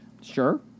Sure